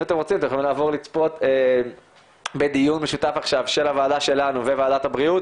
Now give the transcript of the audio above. אם אתם רוצים אתם יכולים לעבור לצפות בדיון שלנו ושל ועדת הבריאות,